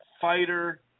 fighter